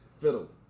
fiddle